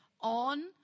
on